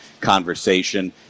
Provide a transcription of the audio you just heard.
conversation